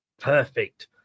Perfect